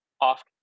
off